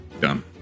done